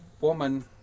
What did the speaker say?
woman